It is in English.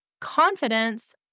confidence